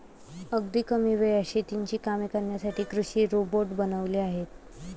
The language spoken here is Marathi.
अगदी कमी वेळात शेतीची कामे करण्यासाठी कृषी रोबोट बनवले आहेत